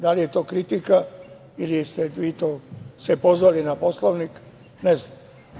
Da li je to kritika ili ste vi to se pozvali na Poslovnik, ne znam.